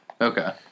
Okay